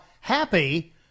happy